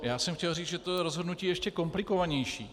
Já jsem chtěl říct, že rozhodnutí je ještě komplikovanější.